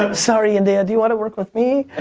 ah sorry, india. do you want to work with me?